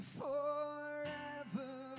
forever